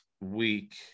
week